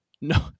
no